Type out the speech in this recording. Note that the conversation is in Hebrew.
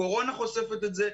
הקורונה חושפת את זה.